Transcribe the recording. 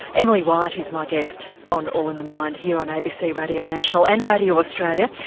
emily white is my guest on all in the mind here on abc radio national and radio australia,